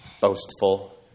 boastful